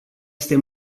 este